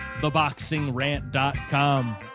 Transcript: theboxingrant.com